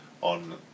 on